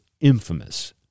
infamous